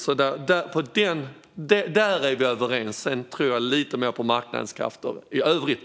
På den punkten är vi alltså överens, men sedan tror jag lite mer på marknadens krafter i övrigt.